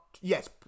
yes